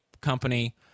company